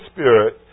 Spirit